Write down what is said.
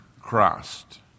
Christ